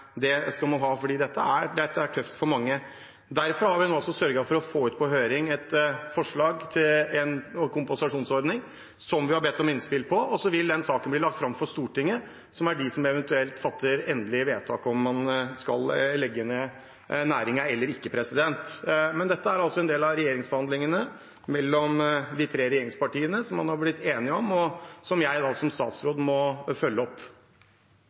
Det skal man ha, for dette er tøft for mange. Derfor har vi nå sørget for å få ut på høring et forslag til en kompensasjonsordning som vi har bedt om innspill på. Så vil saken bli lagt fram for Stortinget, som er de som eventuelt fatter endelig vedtak om man skal legge ned næringen eller ikke. Dette er en del av regjeringsforhandlingene mellom de tre regjeringspartiene som man har blitt enig om, og som jeg som statsråd må følge opp.